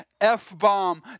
F-bomb